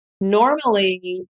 Normally